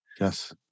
Yes